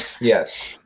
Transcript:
Yes